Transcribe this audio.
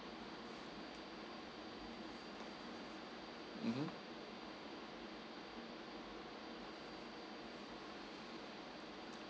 mmhmm